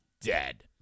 dead